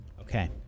okay